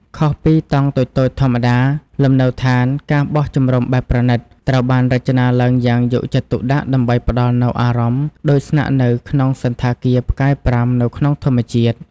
ខុសពីតង់តូចៗធម្មតា លំនៅដ្ឋាន ការបោះជំរំបែបប្រណីត ត្រូវបានរចនាឡើងយ៉ាងយកចិត្តទុកដាក់ដើម្បីផ្តល់នូវអារម្មណ៍ដូចស្នាក់នៅក្នុងសណ្ឋាគារផ្កាយប្រាំនៅក្នុងធម្មជាតិ។